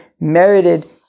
merited